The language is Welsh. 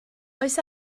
oes